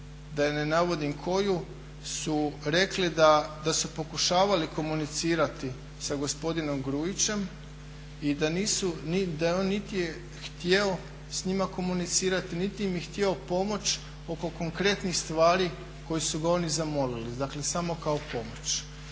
da ne navodim koju su rekli da su pokušavali komunicirati sa gospodinom Grujićem i da on niti je htio s njima komunicirati niti im je htio pomoći oko konkretnih stvari koji su ga oni zamolili dakle samo kao pomoć.